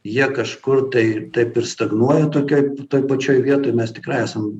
jie kažkur tai taip ir stagnuoja tokioj toj pačioj vietoj mes tikrai esam